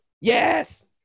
Yes